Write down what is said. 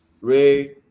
Ray